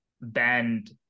bend